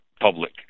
public